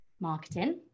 marketing